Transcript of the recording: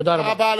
תודה רבה.